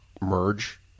merge